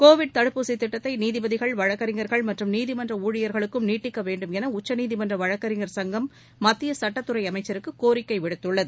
Covid தடுப்பூசி திட்டத்தை நீதிபதிகள் வழக்கறிஞர்கள் மற்றும் நீதிமன்ற ஊழியர்களுக்கும் நீட்டிக்க வேண்டும் என உச்சநீதிமன்ற வழக்கறிஞர் சங்கம் மத்திய சட்டத்துறை அமைச்சருக்கு கோரிக்கை விடுத்துள்ளது